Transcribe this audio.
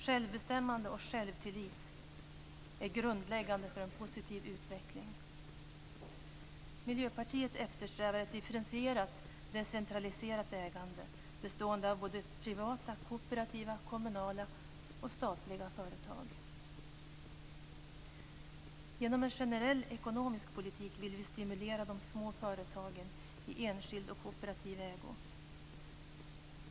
Självbestämmande och självtillit är grundläggande för en positiv utveckling. Miljöpartiet eftersträvar ett differentierat och decentraliserat ägande bestående av privata, kooperativa, kommunala och statliga företag. Genom en generell ekonomisk politik vill vi stimulera de små företagen i enskild och kooperativ ägo.